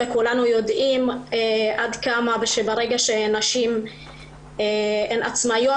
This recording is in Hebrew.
וכולנו יודעים עד כמה ברגע שנשים הן עצמאיות